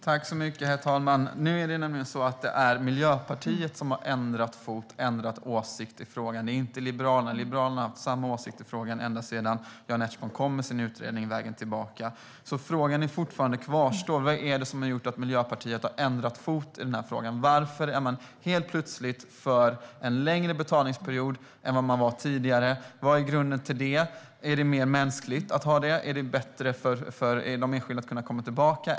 Herr talman! Nu är det Miljöpartiet som har bytt fot och ändrat åsikt i frågan. Det är inte Liberalerna som har gjort det. Liberalerna har haft samma åsikt i frågan ända sedan Jan Ertsborn kom med sin utredning Vägen tillbaka för överskuldsatta . Frågan kvarstår därför: Vad är det som har gjort att Miljöpartiet har bytt fot i denna fråga? Varför är man helt plötsligt för en längre betalningsperiod än man var tidigare? Vad är grunden till det? Är det mer mänskligt? Är det bättre för att de enskilda ska kunna komma tillbaka?